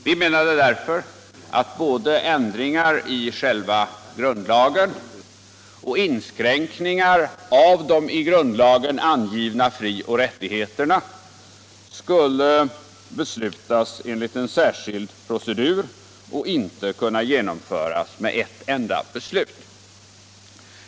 Vi menade att både ändringar i själva grundlagen och inskränkningar av de i grundlagen angivna frioch rättigheterna skulle beslutas enligt en särskild procedur och inte kunna genomföras med ett enda beslut.